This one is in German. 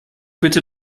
bitte